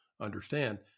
understand